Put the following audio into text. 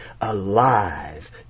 alive